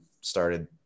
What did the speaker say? started